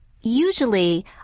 usually